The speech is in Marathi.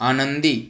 आनंदी